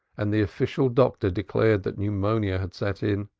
and the official doctor declared that pneumonia had set in.